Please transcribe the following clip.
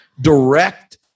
direct